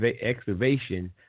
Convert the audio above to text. excavation